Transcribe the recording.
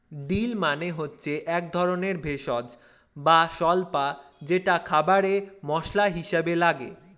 deal মানে হচ্ছে একধরনের ভেষজ বা স্বল্পা যেটা খাবারে মসলা হিসেবে লাগে